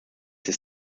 his